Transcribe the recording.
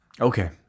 okay